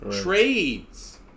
Trades